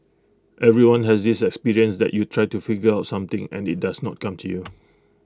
everyone has this experience that you try to figure out something and IT does not come to you